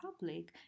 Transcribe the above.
public